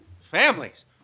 Families